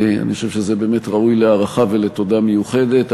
אני חושב שזה באמת ראוי להערכה ולתודה מיוחדת.